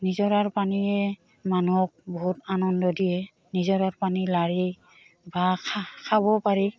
নিজৰাৰ পানীয়ে মানুহক বহুত আনন্দ দিয়ে নিজৰৰ পানী লাৰি বা খাবও পাৰি